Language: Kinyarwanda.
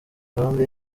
gahunda